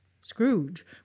Scrooge